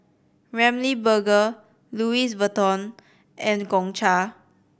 Ramly Burger Louis Vuitton and Gongcha